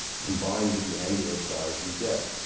combined with the angular ah size we get,